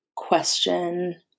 Question